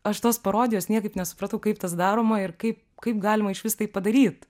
aš tos parodijos niekaip nesupratau kaip tas daroma ir kaip kaip galima išvis tai padaryt